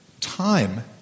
time